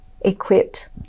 equipped